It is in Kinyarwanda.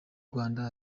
rwanda